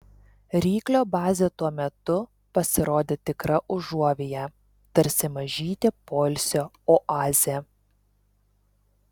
ryklio bazė tuo metu pasirodė tikra užuovėja tarsi mažytė poilsio oazė